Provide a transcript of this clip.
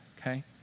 okay